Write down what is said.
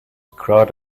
crowd